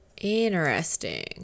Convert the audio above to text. Interesting